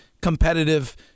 competitive